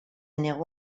negó